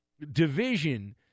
division